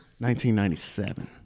1997